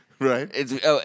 Right